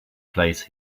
place